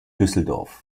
düsseldorf